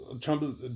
Trump